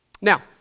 Now